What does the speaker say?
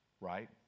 right